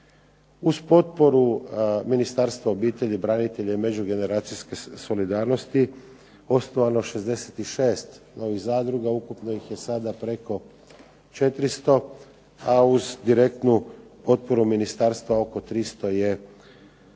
uz potporu Ministarstva obitelji, branitelja i međugeneracijske solidarnosti osnovano 66 novih zadruga. Ukupno ih je sada preko 400, a uz direktnu potporu ministarstva oko 300 je osnovano.